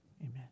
amen